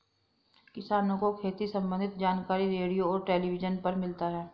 किसान को खेती सम्बन्धी जानकारी रेडियो और टेलीविज़न पर मिलता है